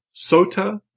sota